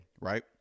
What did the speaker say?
Right